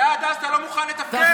ועד אז אתה לא מוכן לתפקד?